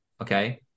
okay